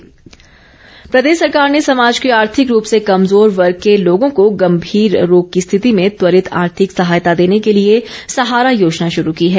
सहारा योजना प्रदेश सरकार ने समाज के आर्थिक रूप से कमजोर वर्ग के लोगों को गंभीर रोग की स्थिति में त्वरित आर्थिक सहायता देने के लिए सहारा योजना शुरू की है